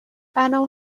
برنامه